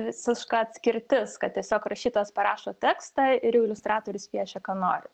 visiška atskirtis kad tiesiog rašytojas parašo tekstą ir jau iliustratorius piešia ką nori